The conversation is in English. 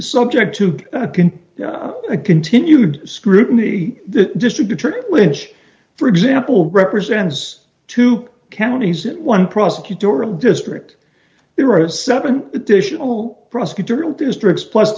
subject to a continued scrutiny the district attorney which for example represents two counties in one prosecutorial district there are seven additional prosecutorial districts plus